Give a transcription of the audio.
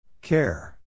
Care